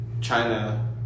China